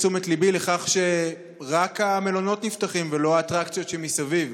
תשומת ליבי לכך שרק המלונות נפתחים ולא האטרקציות שמסביב,